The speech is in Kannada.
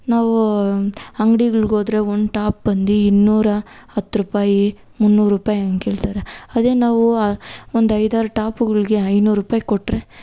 ನಾವು ಅಂಗ್ಡಿಗಳ್ಗೆ ಹೋದರೆ ಒಂದು ಟಾಪ್ ಬಂದು ಇನ್ನೂರ ಹತ್ತು ರೂಪಾಯಿ ಮುನ್ನೂರು ರೂಪಾಯಿ ಹಂಗೆ ಕೇಳ್ತಾರೆ ಅದೇ ನಾವು ಒಂದು ಐದಾರು ಟಾಪ್ಗಳ್ಗೆ ಐನೂರು ರೂಪಾಯಿ ಕೊಟ್ಟರೆ